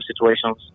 situations